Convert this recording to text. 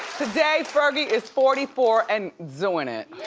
today fergie is forty four and doing it.